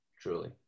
truly